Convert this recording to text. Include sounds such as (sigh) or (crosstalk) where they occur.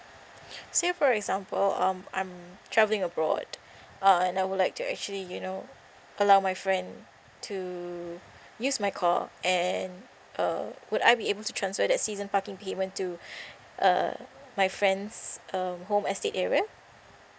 (breath) say for example um I'm travelling abroad uh and I would like to actually you know allow my friend to use my car and uh would I be able to transfer that season parking payment to (breath) uh my friend's um home estate area